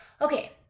Okay